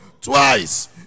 twice